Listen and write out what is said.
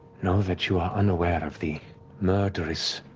know that you are unaware of the murderous